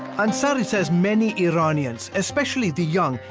and so he says many iranians, especially the young,